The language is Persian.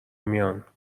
میان